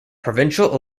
provincial